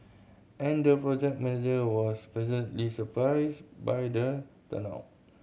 and the project manager was pleasantly surprised by the turnout